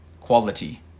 quality